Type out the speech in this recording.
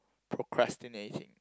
procrastinating